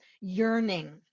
yearning